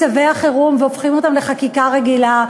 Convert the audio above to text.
צווי החירום והופכות אותם לחקיקה רגילה,